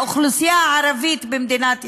האוכלוסייה הערבית במדינת ישראל.